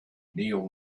neal